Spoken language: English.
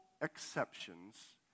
exceptions